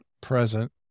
present